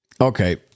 okay